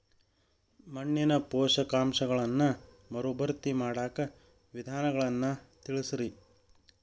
ಮಣ್ಣಿನ ಪೋಷಕಾಂಶಗಳನ್ನ ಮರುಭರ್ತಿ ಮಾಡಾಕ ವಿಧಾನಗಳನ್ನ ತಿಳಸ್ರಿ